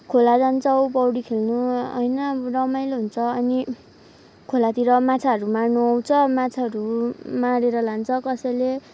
खोला जान्छौँ पौडी खेल्नु होइन रमाइलो हुन्छ अनि खोलातिर माछाहरू मार्नु आउँछ माछाहरू मारेर लान्छ कसैले